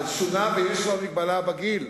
אז שונה, ויש כבר מגבלה בגיל?